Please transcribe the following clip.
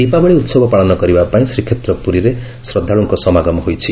ଦୀପାବଳି ଉସିବ ପାଳନ କରିବା ପାଇଁ ଶ୍ରୀକ୍ଷେତ୍ର ପୁରୀରେ ଶ୍ରଦ୍ଧାଳୁଙ୍କ ସମାଗମ ହୋଇଛି